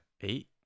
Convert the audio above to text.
eight